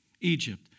Egypt